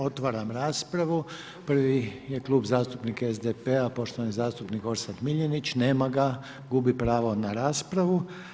Otvaram raspravu, prvi je Klub zastupnika SDP-a, poštovani zastupnik Orsat Miljenić, nema ga, gubi pravo na raspravu.